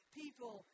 people